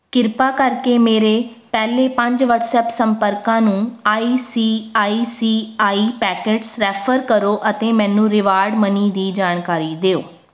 ਕਿਰਪਾ ਕਰਕੇ ਮੇਰੇ ਪਹਿਲੇ ਪੰਜ ਵਟਸਐੱਪ ਸੰਪਰਕਾਂ ਨੂੰ I C I C I pockets refer ਕਰੋ ਅਤੇ ਮੈਨੂੰ ਰਿਵਾਰਡ ਮਨੀ ਦੀ ਜਾਣਕਾਰੀ ਦਿਓ